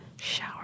Shower